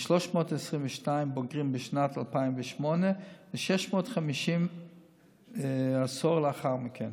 מ-322 בוגרים בשנת 2008 ל-651 עשור לאחר מכן,